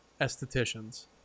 Estheticians